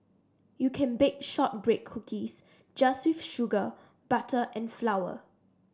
you can bake shortbread cookies just with sugar butter and flour